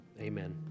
Amen